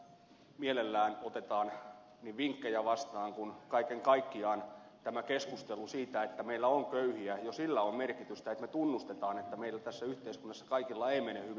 mielellään otetaan vinkkejä vastaan kun kaiken kaikkiaan tässä keskustelussa siitä että meillä on köyhiä jo sillä on merkitystä että me tunnustamme että meillä tässä yhteiskunnassa kaikilla ei mene hyvin